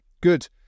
good